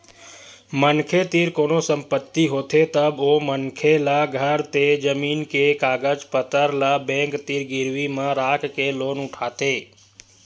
मनखे तीर कोनो संपत्ति होथे तब ओ मनखे ल घर ते जमीन के कागज पतर ल बेंक तीर गिरवी म राखके लोन उठाथे